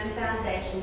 foundation